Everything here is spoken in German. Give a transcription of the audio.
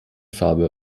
farbe